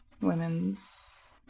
women's